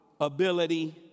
ability